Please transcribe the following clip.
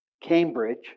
Cambridge